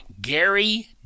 Gary